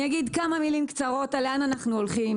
אגיד כמה מילים קצרות על לאן אנחנו הולכים,